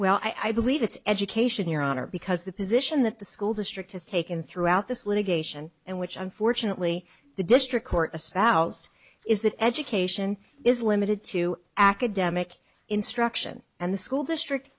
well i believe it's education your honor because the position that the school district has taken throughout this litigation and which unfortunately the district court a sow's is that education is limited to academic instruction and the school district